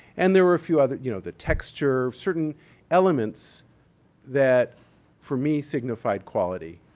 and there were a few others, you know the texture, certain elements that for me signified quality.